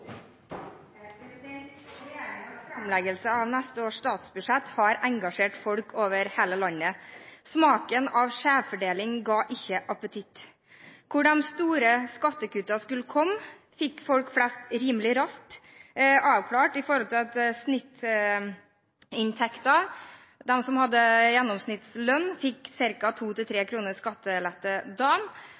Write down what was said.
hele landet. Smaken av skjevfordeling ga ikke appetitt. Hvor de store skattekuttene skulle komme, fikk folk flest rimelig raskt avklart ved at de som hadde gjennomsnittslønn, fikk ca. 2–3 kr i skattelette